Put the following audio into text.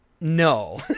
No